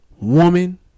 woman